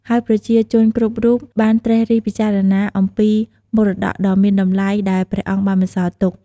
ហើយប្រជាជនគ្រប់រូបបានត្រិះរិះពិចារណាអំពីមរតកដ៏មានតម្លៃដែលព្រះអង្គបានបន្សល់ទុក។